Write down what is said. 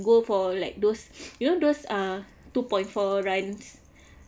go for like those you know those uh two point four runs